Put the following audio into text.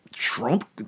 Trump